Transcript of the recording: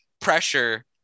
pressure